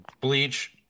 Bleach